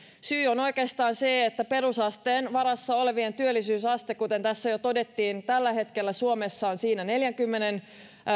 syy on oikeastaan se että perusasteen varassa olevien työllisyysaste kuten tässä jo todettiin tällä hetkellä suomessa on siinä neljänkymmenen